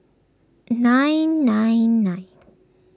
nine nine nine